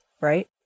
right